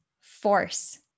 force